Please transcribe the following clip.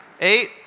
Eight